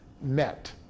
met